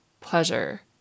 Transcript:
pleasure